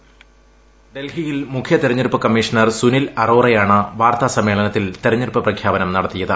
voice ഡൽഹിയിൽ മുഖ്യ തെരഞ്ഞെടുപ്പ് കമ്മീഷണർ സുനിൽ അറോറയാണ് വാർത്താ സമ്മേളനത്തിൽ തെരഞ്ഞെടുപ്പ് പ്രഖ്യാപനം നടത്തിയത്